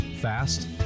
Fast